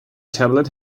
tablet